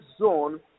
zone